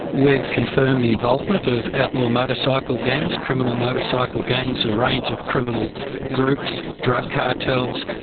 we've confirmed the involvement of outlaw motorcycle gangs, criminal motorcycle gangs, a range of criminal groups, drug cartels,